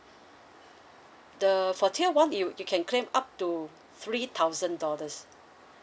the for tier one it you can claim up to three thousand dollars